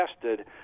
tested